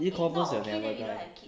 E commerce will never die